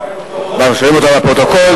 מאשרים לפרוטוקול.